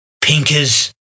Pinker's